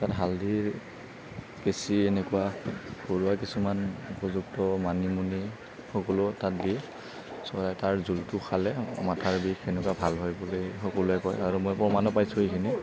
তাত হালধি পিচি এনেকুৱা ঘৰুৱা কিছুমান উপযুক্ত মানিমুনি সকলো তাত দি চৰাই তাৰ জোলটো খালে মাথাৰ বিষ এনেকুৱা ভাল হয় বুলি সকলোৱে কয় আৰু মই প্ৰমাণো পাইছোঁ এইখিনি